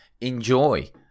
enjoy